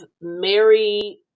Mary